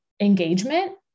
engagement